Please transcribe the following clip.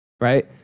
right